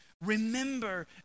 Remember